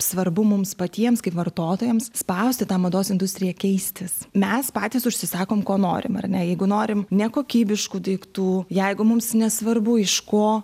svarbu mums patiems kaip vartotojams spausti tą mados industriją keistis mes patys užsisakom ko norim ar ne jeigu norim nekokybiškų daiktų jeigu mums nesvarbu iš ko